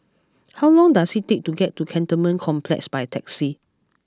how long does it take to get to Cantonment Complex by taxi